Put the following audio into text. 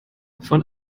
von